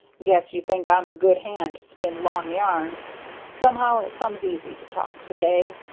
guess you think i'm a good hand to spin long yarns somehow it comes easy to talk to-day.